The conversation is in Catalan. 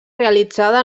realitzada